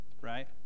right